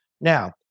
Now